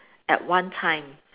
at one time